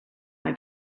mae